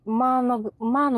mano mano